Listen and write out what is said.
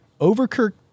Overkirk